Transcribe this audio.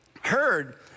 heard